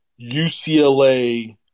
UCLA